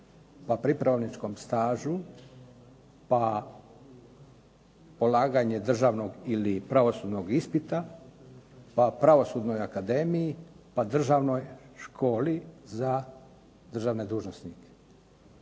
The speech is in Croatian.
pripravničkom stažu pa polaganje državnog ili pravosudnog ispita pa pravosudnoj akademiji, pa državnoj školi za državne dužnosnike.